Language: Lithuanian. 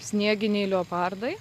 snieginiai leopardai